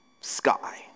sky